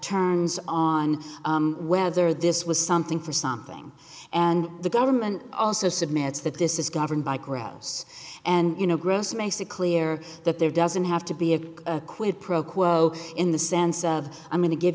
turns on whether this was something for something and the government also submit that this is governed by krauss and you know gross makes it clear that there doesn't have to be a quid pro quo in the sense of i'm going to give